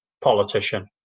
politician